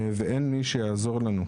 ואני פונה ללשכה ואין להם מי שיטפל בי,